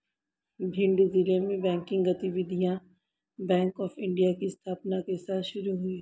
भिंड जिले में बैंकिंग गतिविधियां बैंक ऑफ़ इंडिया की स्थापना के साथ शुरू हुई